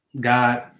God